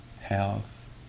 health